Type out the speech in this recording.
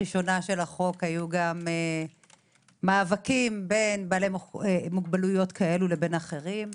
הוי גם מאבקים בין בעלי מוגבלויות כאלה לבין אחרים.